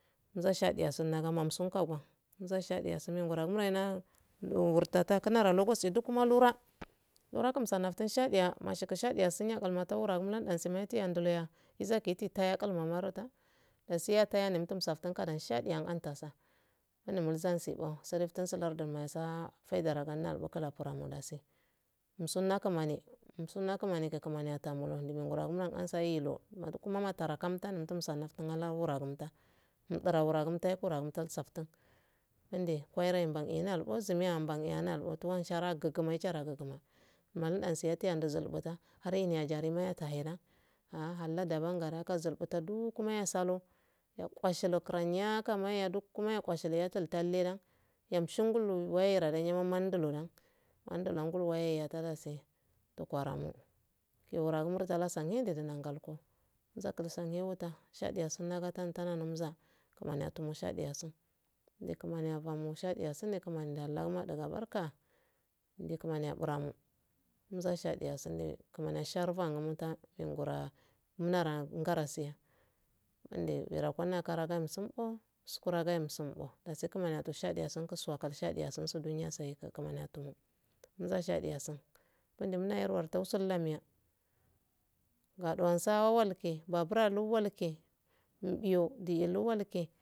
Nza shadeyaso naga namso nzashadeyaso mengwara ngurena wurtata kunatuna lagos duk maloraa mashikshadeya sunya kanya makaltan shadeyasun izakeikun tayakeyitul mamarota dasi yata yakul kadan shade yamsa ta suruftaun su lardun mayos o faidarogo umsun na kuma kuman adomo lardurguumo anso izoo marowa woto nado kurmama waire mbane waizina mbane mbane mallam e har en yari mayataheda hallan dabanga kazulbuta da kuma yaato yatul talle da yamshungullu wayera yandullu do mandullu mandulu wa gunyase tuku ara mo kiworanu shadeyaso musa kulusu muta kumani atoma shade yaso kumani a bara mo mza shadeyaso kuma a sharbu mbara wal kiya mmara ngana siye unde kunani innaka mashadeyaso kunde muna yerwa torsulnamniya gadowasa walke bbabara lo walke mbio di lo walke